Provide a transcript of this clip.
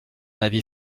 avis